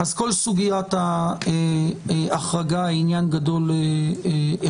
אז כל סוגיית ההחרגה היא עניין גדול אחד.